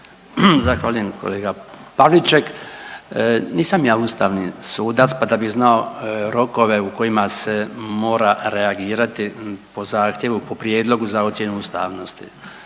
Zahvaljujem kolega Pavliček. Nisam ja ustavni sudac pa da bih znao rokove u kojima se mora reagirati po zahtjevu, po prijedlogu za ocjenu ustavnosti.